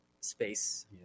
space